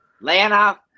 Lana